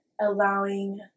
allowing